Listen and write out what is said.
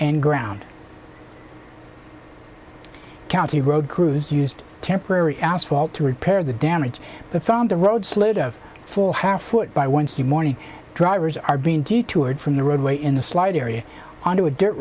and ground county road crews used temporary asphalt to repair the damage but found the road slid a full half foot by wednesday morning drivers are being detoured from the roadway in the slide area onto a dirt